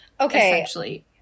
Okay